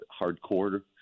hardcore